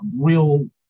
real